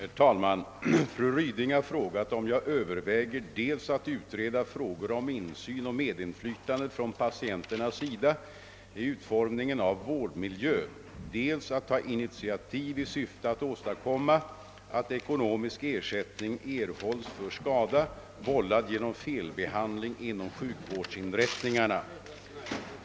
Herr talman! Fru Ryding har frågat om jag överväger dels att utreda frågor om insyn och medinflytande från patienternas sida i utformningen av vårdmiljön, dels att ta initiativ i syfte att åstadkomma att ekonomisk ersättning erhålls för skada vållad genom felbehandling inom sjukvårdsinrättningarna.